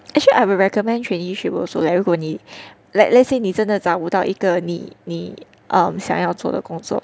actually I would recommend traineeship also leh 如果你 like let's say 你真的找不到一个你你 um 想要做的工作